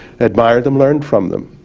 admire them, learned from them,